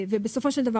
בסופו של דבר